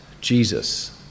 Jesus